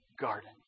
garden